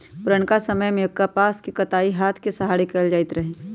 पुरनका समय में कपास के कताई हात के सहारे कएल जाइत रहै